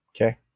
Okay